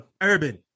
Urban